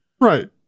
Right